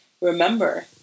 Remember